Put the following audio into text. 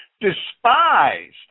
despised